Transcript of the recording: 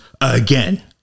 again